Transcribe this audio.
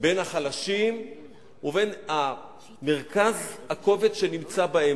ובין החלשים ובין מרכז הכובד שנמצא באמצע.